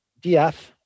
DF